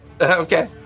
Okay